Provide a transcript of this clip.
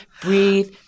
breathe